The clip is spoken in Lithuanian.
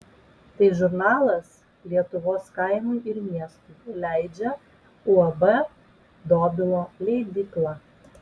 tai žurnalas lietuvos kaimui ir miestui leidžia uab dobilo leidykla